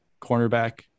cornerback